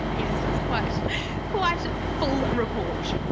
yes, it's quite. a quite full report.